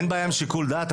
אין בעיה עם שיקול דעת,